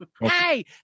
Hey